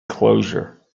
closure